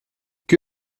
que